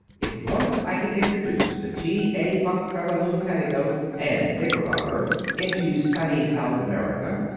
if once i can introduce the t. a. buck featherloom petticoat and knickerbocker into sunny south america,